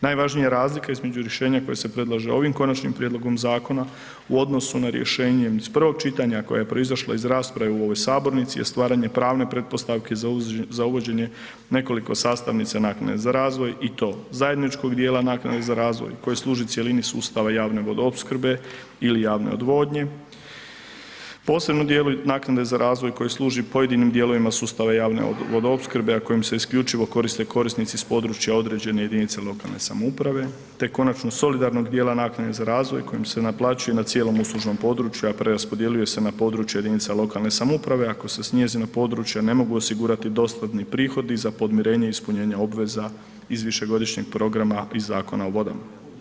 Najvažnija razlika između rješenja koje se predlaže ovim Konačnim prijedlogom zakona u odnosu na rješenje iz prvog čitanja koje je proizašlo iz rasprave u ovoj sabornici, je stvaranje pravne pretpostavke za uvođenje nekoliko sastavnica naknade za razvoj i to, zajedničkog dijela naknade za razvoj koji služi cjelini sustava javne vodoopskrbe ili javne odvodnje, posebno dijelu naknade za razvoj koji služi pojedinim dijelovima sustava javne vodoopskrbe, a kojim se isključivo koriste korisnici iz područja određene jedinice lokalne samouprave, te konačno solidarnog dijela naknade za razvoj kojim se naplaćuje na cijelom uslužnom području, a preraspodjeljuje se na područje jedinica lokalne samouprave ako se s njezinog područja ne mogu osigurati dostatni prihodi za podmirenje i ispunjenje obveza iz višegodišnjeg programa i Zakona o vodama.